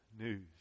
news